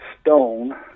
stone